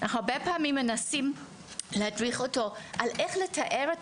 אנחנו הרבה פעמים מנסים להדריך אותו איך לתאר את